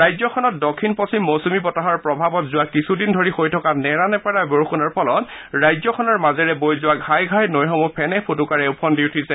ৰাজ্যখনত দক্ষিণ পশ্চিম মৌচূমী বতাহৰ প্ৰভাৱত যোৱা কিছুদিন ধৰি হৈ থকা নেৰানেপেৰা বৰষুণৰ ফলত ৰাজ্যখনৰ মাজেৰে বৈ যোৱা ঘাই ঘাই নৈসমূহ ফেনেফোটোকাৰে ওফদি উঠিছে